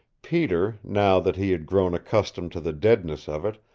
peter now that he had grown accustomed to the deadness of it,